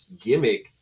gimmick